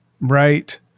Right